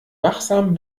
wachsamen